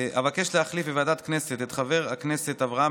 אבקש להחליף בוועדת הכנסת את חבר הכנסת אברהם